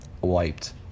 wiped